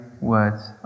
words